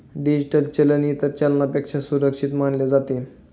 digital चलन इतर चलनापेक्षा सुरक्षित मानले जाते